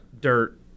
Dirt